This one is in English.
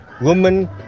woman